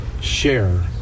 share